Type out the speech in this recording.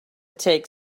take